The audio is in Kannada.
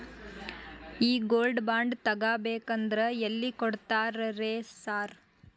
ಈ ಗೋಲ್ಡ್ ಬಾಂಡ್ ತಗಾಬೇಕಂದ್ರ ಎಲ್ಲಿ ಕೊಡ್ತಾರ ರೇ ಸಾರ್?